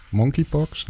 monkeypox